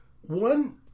one